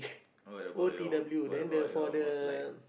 what about your what about your most liked